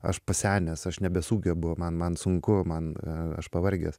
aš pasenęs aš nebesugebu man man sunku man aš pavargęs